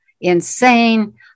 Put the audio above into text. insane